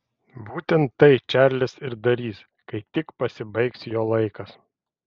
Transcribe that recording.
būtent tai čarlis ir darys kai tik pasibaigs jo laikas